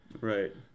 Right